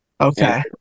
Okay